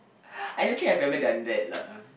I don't think I've ever done that lah